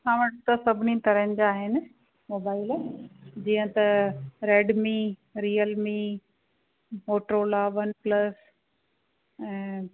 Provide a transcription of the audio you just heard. असां वटि त सभिनीनि तरह जा आहिनि मोबाइल जीअं त Redmi Realme Motorola OnePlus ऐं